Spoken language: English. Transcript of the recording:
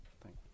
Thank